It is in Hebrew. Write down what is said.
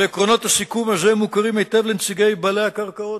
עקרונות הסיכום הזה מוכרים היטב לנציגי בעלי הקרקעות.